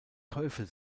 teufel